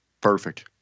Perfect